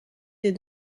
des